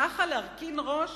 ככה להרכין ראש